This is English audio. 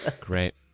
Great